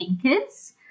thinkers